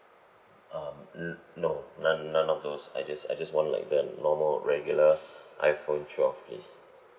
um mm no none none of those I just I just want like the normal regular iphone twelve please